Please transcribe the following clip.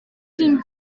d’une